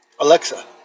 Alexa